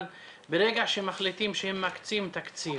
אבל ברגע שמחליטים שמקצים תקציב,